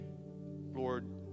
Lord